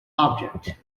object